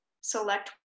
select